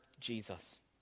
Jesus